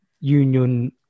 Union